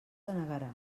denegarà